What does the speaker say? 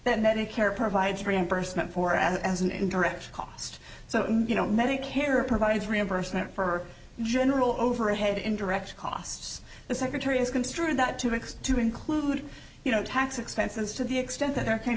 that medicare provides reimbursement for as an indirect cost so you know medicare provides reimbursement for general overhead indirect costs the secretary is constrained that to fix to include you know tax expenses to the extent that they're kind